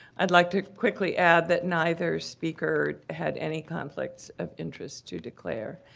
i'd like to quickly add that neither speaker had any conflicts of interest to declare.